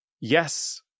yes